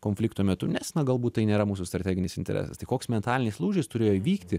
konflikto metu nes na galbūt tai nėra mūsų strateginis interesas tai koks mentalinis lūžis turėjo įvykti